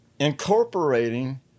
incorporating